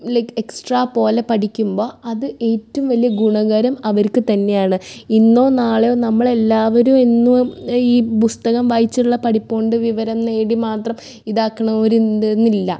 like extra പോലെ പഠിക്കുമ്പോൾ അത് ഏറ്റവും വലിയ ഗുണകരം അവർക്ക് തന്നെയാണ് ഇന്നോ നാളെയോ നമ്മൾ എല്ലാവരും എന്നും ഈ പുസ്തകം വായിച്ചുള്ള പഠിപ്പുകൊണ്ട് വിവരം നേടി മാത്രം ഇതാക്കുന്നവർ ഉണ്ട് എന്നില്ല